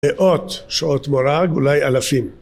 מאות שעות מורג אולי אלפים